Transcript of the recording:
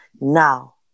Now